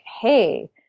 hey